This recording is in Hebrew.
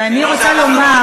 ואני רוצה לומר,